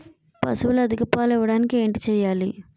పశువులు అధిక పాలు ఇవ్వడానికి ఏంటి చేయాలి